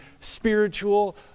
spiritual